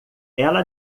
ela